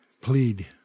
plead